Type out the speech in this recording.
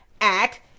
Act